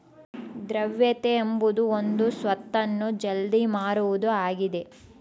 ದ್ರವ್ಯತೆ ಎಂಬುದು ಒಂದು ಸ್ವತ್ತನ್ನು ಜಲ್ದಿ ಮಾರುವುದು ಆಗಿದ